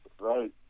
Right